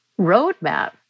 roadmap